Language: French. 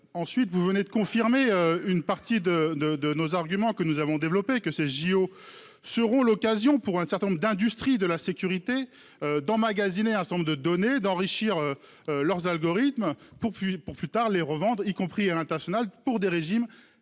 Ensuite, vous venez de confirmer une partie de de de nos arguments que nous avons développées, que ces JO seront l'occasion pour un certain nombre d'industries de la sécurité d'emmagasiner à nombre de données d'enrichir. Leurs algorithmes pour pour plus tard, les revendent, y compris à l'international pour des régimes